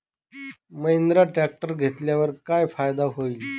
Mahindra tractor घेतल्यावर काय फायदा होईल?